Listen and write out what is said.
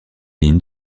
lignes